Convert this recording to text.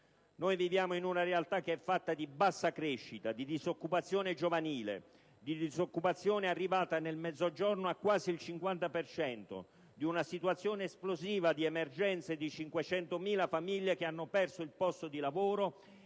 Viviamo in una realtà che è fatta di bassa crescita, di disoccupazione giovanile, di una disoccupazione arrivata nel Mezzogiorno quasi al 50 per cento, di una situazione esplosiva di emergenza per 500.000 famiglie che hanno perso il posto di lavoro e per